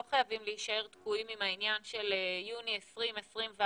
לא חייבים להישאר תקועים עם העניין של יוני 2021,